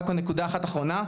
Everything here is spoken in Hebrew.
רק עוד נקודה אחת אחרונה.